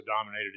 dominated